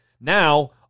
Now